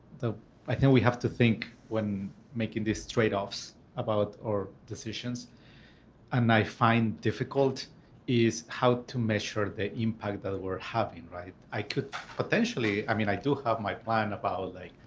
i think we have to think when making these trade-offs about or decisions and i find difficult is how to measure the impact that we're having, right? i could potentially i mean, i do have my plan about, like,